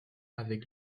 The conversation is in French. avec